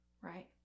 Right